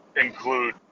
include